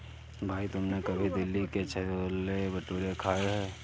भाई तुमने कभी दिल्ली के छोले भटूरे खाए हैं?